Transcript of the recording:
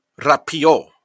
rapio